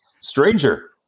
Stranger